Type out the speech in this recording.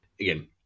Again